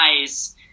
guys